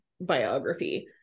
biography